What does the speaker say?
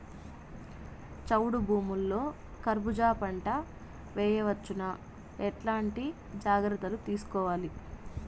చౌడు భూముల్లో కర్బూజ పంట వేయవచ్చు నా? ఎట్లాంటి జాగ్రత్తలు తీసుకోవాలి?